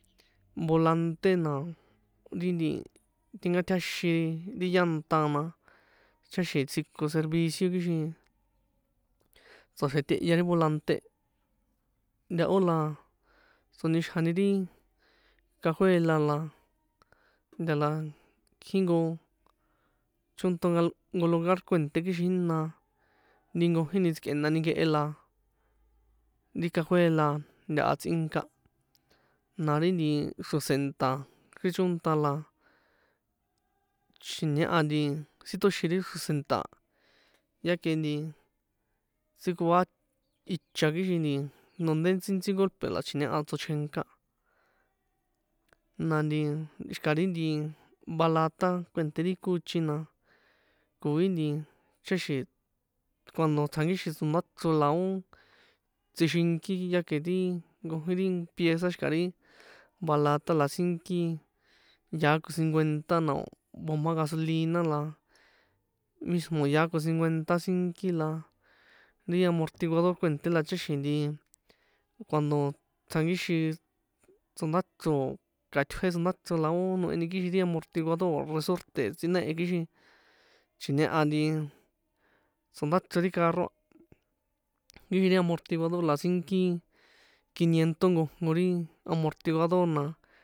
Volante, na ri nti tinkatjiaxin ri llanta na ticháxi̱n tsjiko servicio kixin tsꞌaxrjetehya ri volante e, ntahó la tsonixjani ri cajuela la nta la kjí nko chónṭa jnko lugar kuènṭé kixin jína ri nkojíni tsikꞌenani nkehe la ri cajuela ntaha tsꞌinka, na ri nti xro̱senṭa̱ kjichonṭa la chji̱ñeha nti siṭoxin ri xrose̱nṭa a, ya ke ntsíkoa icha kixin nti donde tsíntsí golpe la chji̱ñeha tsochjenka, na nti xi̱ka̱ ri nti balata kuènṭé ri kochi na koi nti ticháxi̱n, cuando tsjankixin tsondáchro la ó tsꞌixinki, ya ke ti nkojín ri pieza xi̱ka̱ ri balata la sínki yaá ko cincuenta na o̱ bomba gasolina la mismo yaá ko cincuenta sínki, la ri amortiguador kuènṭé la ticháxi̱n nti cuando tsjankixin tsondachro o̱ ka̱tjuĕ tsondachro la ó noheni kixin ri amortiguador o̱ resorte tsꞌinehe̱n, kixin chji̱ñeha nti tsondáchro ri carro a, kixin ri amortiguador la sínki quiniento nkojnko ri amortiguador, na.